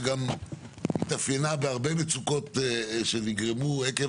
שגם התאפיינה בהרבה מצוקות שנגרמו עקב